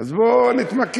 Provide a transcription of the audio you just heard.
אז בוא נתמקד.